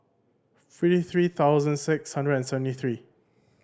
three thousand six hundred and seventy three